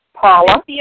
Paula